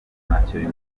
ntacyo